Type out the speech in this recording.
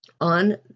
on